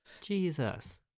Jesus